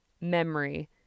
memory